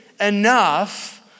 enough